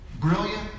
brilliant